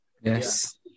Yes